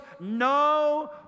no